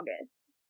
august